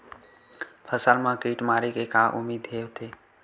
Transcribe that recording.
फसल मा कीट मारे के का उदिम होथे?